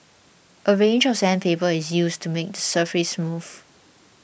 a range of sandpaper is used to make surface smooth